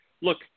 look